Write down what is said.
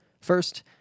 First